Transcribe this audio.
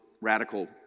Radical